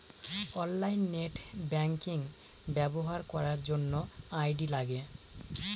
online net banking ব্যবহার করার জন্য আই.ডি লাগে